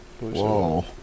Whoa